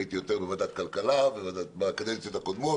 הייתי יותר בוועדת הכלכלה בקדנציות הקודמות